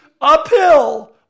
uphill